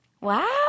Wow